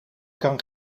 kan